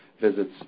visits